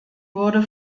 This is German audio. wurde